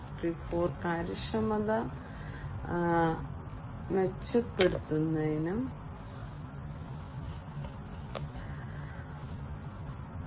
0 ൽ കാര്യക്ഷമത മെച്ചപ്പെടുത്തുന്നതിനും ഇൻഡസ്ട്രി 4